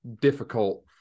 difficult